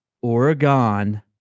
Oregon